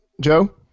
Joe